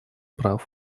прав